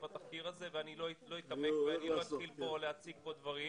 התחקיר שהיה ואני אתאפק ולא אתייחס לכך עכשיו.